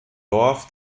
dorf